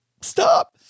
Stop